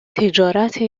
تجارت